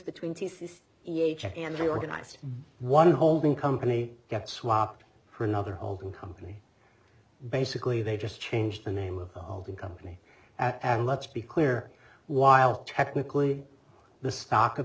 between each and reorganized one holding company get swapped for another holding company basically they just change the name of the company and let's be clear while technically the stock of